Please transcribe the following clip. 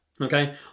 Okay